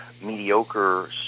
mediocre